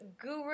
guru